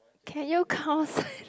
can you count